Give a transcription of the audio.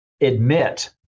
admit